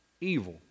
evil